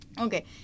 Okay